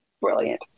Brilliant